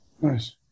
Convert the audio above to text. Nice